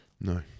No